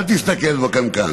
אל תסתכל בקנקן.